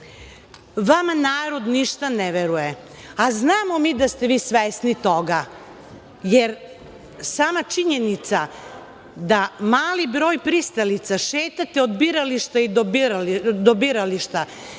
narod ništa ne veruje, a znamo mi da ste vi svesni toga jer sama činjenica da mali broj pristalica šetate od birališta do birališta,